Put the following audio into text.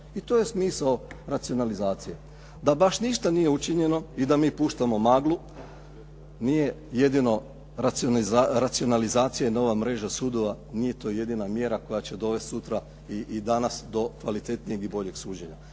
I to je smisao racionalizacije. Da baš ništa nije učinjeno i da mi puštamo maglu, nije jedino racionalizacija i nova mreža sudova, nije to jedina mjera koja će dovesti sutra i danas do kvalitetnijeg i boljeg suđenja.